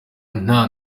nta